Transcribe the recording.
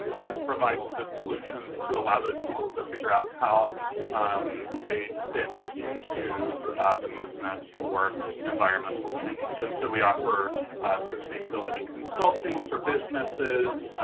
it provides the solutions to allow those people to figure out how they fit into the movement for environmental change. and so we offer sustainability consulting for businesses,